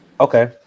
okay